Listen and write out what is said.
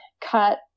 cut